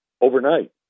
overnight